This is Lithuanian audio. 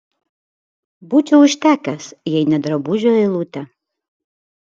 būčiau užtekęs jei ne drabužių eilutė